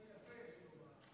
אדוני היושב-ראש,